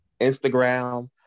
Instagram